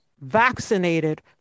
vaccinated